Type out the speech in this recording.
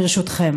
ברשותכם.